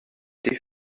des